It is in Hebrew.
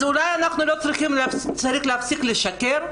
אז אולי אנחנו צריכים להפסיק לשקר?